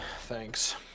Thanks